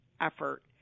effort